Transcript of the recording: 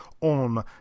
on